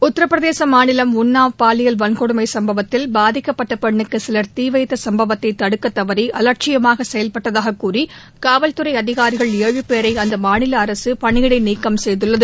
உத்திரப்பிரதேசம் மாநிலம் உன்னாவ் பாலியல் வன்கொடுமை சும்பவத்தில் பாதிக்கப்பட்ட பெண்ணுக்கு சிலர் தீ வைத்த சும்பவத்தை தடுக்க தவறி அவட்சியமாக செயல்பட்டதாக கூறி காவல்துறை அதிகாரிகள் ஏழு பேரை அந்த மாநில அரசு பணியிடை நீக்கம் செய்துள்ளது